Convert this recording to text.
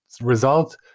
result